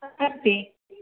अस्ति